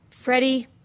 Freddie